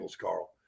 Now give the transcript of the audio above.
Carl